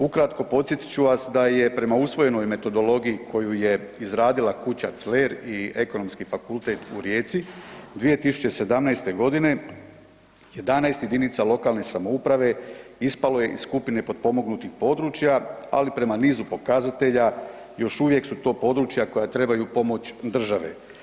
Ukratko, podsjetit ću vas da je prema usvojenoj metodologiji koju je izradila kuća CLER i Ekonomski fakultet u Rijeci 2017. g. 11 jedinica lokalne samouprave ispalo je iz skupine potpomognutih područja, ali prema nizu pokazatelja, još uvijek su to područja koja trebaju pomoć države.